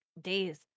days